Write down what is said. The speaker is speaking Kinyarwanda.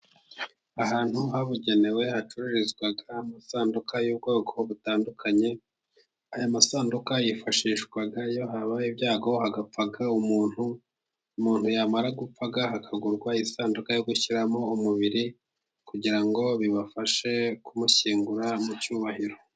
Ahantu habugenewe hacururizwa amasanduku y'ubwoko butandukanye, aya masanduka yifashishwa iyo habaye ibyago, hagapfa umuntu, umuntu yamara gupfa hakagurwa isanduku yo gushyiramo umubiri kugira ngo bibafashe kumushyingura mu cyubahiro.